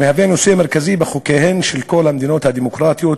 מהווה נושא מרכזי בחוקיהן של כל המדינות הדמוקרטיות,